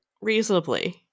reasonably